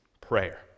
prayer